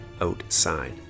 outside